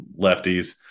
lefties